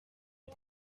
des